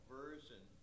version